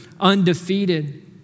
undefeated